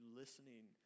listening